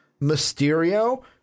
Mysterio